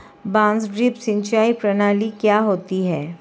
बांस ड्रिप सिंचाई प्रणाली क्या होती है?